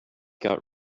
got